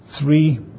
three